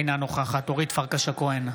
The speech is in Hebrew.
אינה נוכחת אורית פרקש הכהן,